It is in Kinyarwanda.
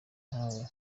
ntawe